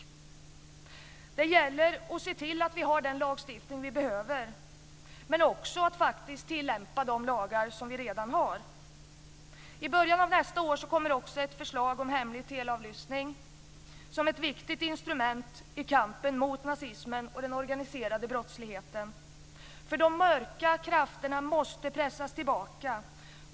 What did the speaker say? Det gäller att se till att vi får den lagstiftning vi behöver, men också att faktiskt tillämpa de lagar som vi redan har. I början av nästa år kommer också ett förslag om hemlig teleavlyssning som ett viktigt instrument i kampen mot nazismen och den organiserade brottsligheten. De mörka krafterna måste pressas tillbaka.